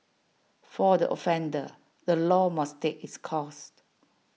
for the offender the law must take its course